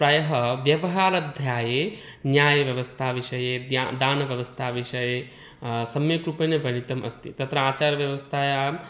प्रायः व्यवहाराध्याये न्यायव्यवस्थाविषये दानव्यवस्थाविषये सम्यक् रूपेण वर्णितम् अस्ति तत्र आचारव्यवस्थायाम्